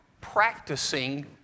practicing